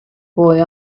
boy